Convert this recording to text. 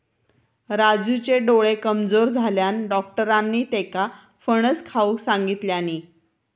राजूचे डोळे कमजोर झाल्यानं, डाक्टरांनी त्येका फणस खाऊक सांगितल्यानी